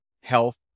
health